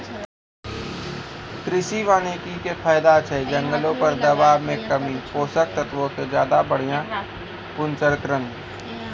कृषि वानिकी के फायदा छै जंगलो पर दबाब मे कमी, पोषक तत्वो के ज्यादा बढ़िया पुनर्चक्रण